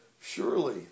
surely